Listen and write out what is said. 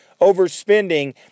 overspending